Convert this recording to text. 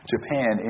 Japan